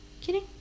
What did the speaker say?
kidding